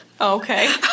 Okay